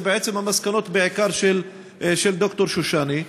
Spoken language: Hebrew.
אלו בעצם המסקנות בעיקר של ד"ר שושני.